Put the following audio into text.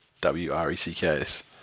W-R-E-C-K-S